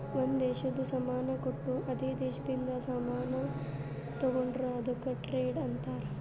ಒಂದ್ ದೇಶದು ಸಾಮಾನ್ ಕೊಟ್ಟು ಅದೇ ದೇಶದಿಂದ ಸಾಮಾನ್ ತೊಂಡುರ್ ಅದುಕ್ಕ ಟ್ರೇಡ್ ಅಂತಾರ್